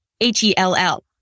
H-E-L-L